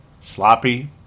Sloppy